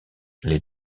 les